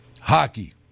hockey